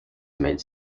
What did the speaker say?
made